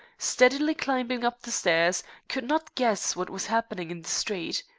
steadily climbing up the stairs, could not guess what was happening in the street.